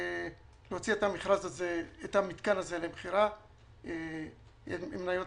להוציא את המתקן הזה למכירה עם מניות